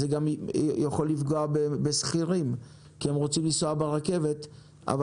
זה גם יכול לפגוע בשכירים כי הם רוצים לנסוע ברכבת אבל